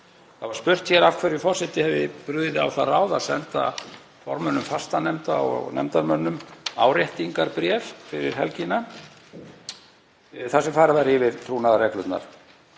Það var spurt hér af hverju forseti hefði brugðið á það ráð að senda formönnum fastanefnda og nefndarmönnum áréttingarbréf fyrir helgina þar sem farið var yfir trúnaðarreglurnar.